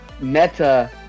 meta